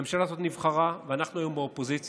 הממשלה הזאת נבחרה, אנחנו היום באופוזיציה,